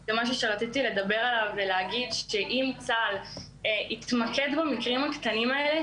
זה משהו שרציתי לדבר עליו אם צה"ל יתמקד במקרים הקטנים האלה,